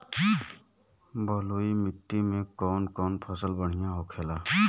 बलुई मिट्टी में कौन कौन फसल बढ़ियां होखेला?